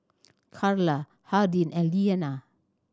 Charla Hardin and Leanna